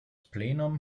plenum